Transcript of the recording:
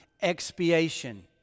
expiation